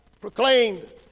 proclaimed